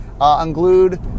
Unglued